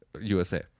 USA